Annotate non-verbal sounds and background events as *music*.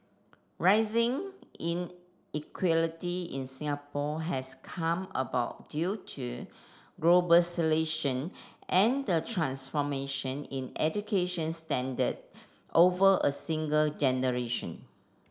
rising inequality in Singapore has come about due to *unintelligible* and the transformation in education standard over a single generation